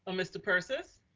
um mr. persis.